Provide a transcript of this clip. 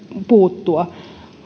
puuttua